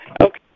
Okay